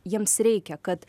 jiems reikia kad